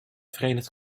verenigd